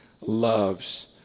loves